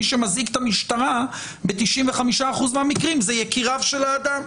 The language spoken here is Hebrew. מי שמזעיק את המשטרה ב-95% מהמקרים זה יקיריו של האדם,